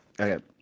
Okay